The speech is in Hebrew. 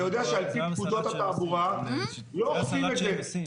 אתה יודע שעל פי פקודת התעבורה, לא אוכפים את זה.